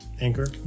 Anchor